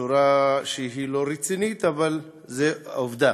בצורה שהיא לא רצינית, אבל זו עובדה.